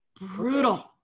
Brutal